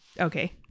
Okay